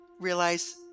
realize